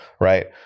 right